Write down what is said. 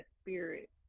spirit